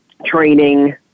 training